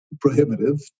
prohibitive